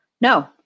No